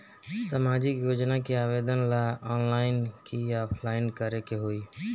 सामाजिक योजना के आवेदन ला ऑनलाइन कि ऑफलाइन करे के होई?